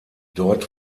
dort